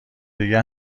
دیگه